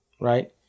Right